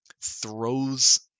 throws